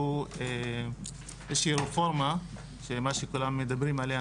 איזושהי רפורמה שכולם מדברים עליה,